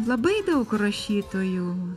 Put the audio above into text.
labai daug rašytojų